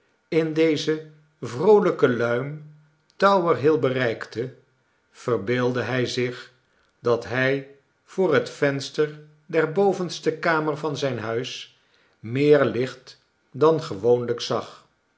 in deze vroolijke luim tower hill bereikte verbeeldde hij zich dat hij voor het venster der bovenste kamer van zijn huis meer licht dan gewoonlijk zag